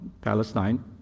Palestine